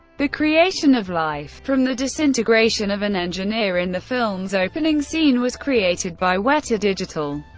the creation of life from the disintegration of an engineer in the film's opening scene was created by weta digital.